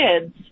kids